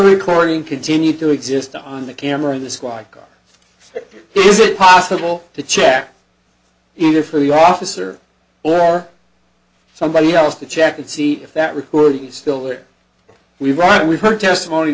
recording continued to exist on the camera in the squad is it possible to check either for the officer or somebody else to check and see if that recording is still there we run we've heard testimony